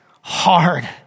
hard